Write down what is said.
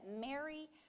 Mary